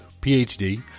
PhD